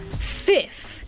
fifth